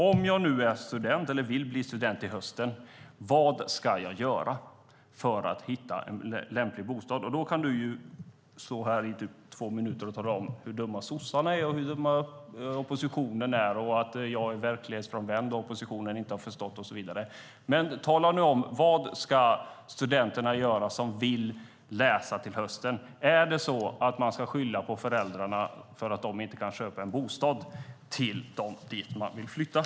Om jag är student, eller vill bli student till hösten, vad ska jag göra för att hitta en lämplig bostad? Sedan kan statsrådet i två minuter tala om hur dumma sossarna och den övriga oppositionen är, att jag är verklighetsfrånvänd, att oppositionen inte har förstått och så vidare, men tala nu om vad studenterna som vill läsa till hösten ska göra. Ska de skylla på föräldrarna för att dessa inte kan köpa en bostad på den plats där de vill studera?